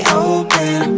open